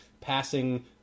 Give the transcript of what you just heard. passing